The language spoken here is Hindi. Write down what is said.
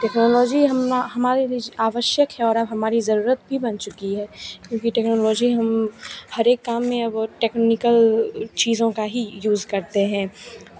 टेक्नोलॉजी हम हमारे बीच आवश्यक है और अब हमारी ज़रूरत भी बन चुकी है क्योंकि टेक्नोलॉजी हम हर एक काम में अब टेक्निकल चीज़ों का ही यूज़ करते हैं